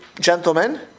gentlemen